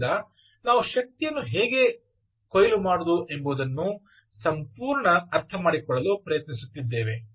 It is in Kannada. ಆದ್ದರಿಂದ ನಾವು ಶಕ್ತಿಯನ್ನು ಹೇಗೆ ಕೊಯ್ಲು ಮಾಡುವುದು ಎಂಬುದನ್ನು ಸಂಪೂರ್ಣ ಅರ್ಥಮಾಡಿಕೊಳ್ಳಲು ಪ್ರಯತ್ನಿಸುತ್ತಿದ್ದೇವೆ